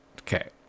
Okay